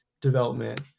development